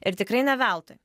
ir tikrai ne veltui